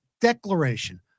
declaration